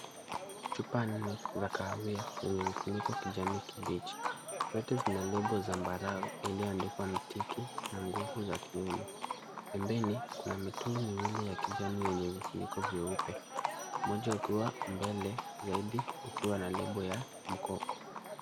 Chupa nne za kahawia zenye vifuniko kijani kibichi. Zote zina lebo zambarau iliyoandikwa mtiki na nguvu za kiume. Pembeni, kuna mitungi miwili ya kijani yenye vifuniko vyeupe moja ukiwa mbele zaidi ukiwa na lebo ya mkoko.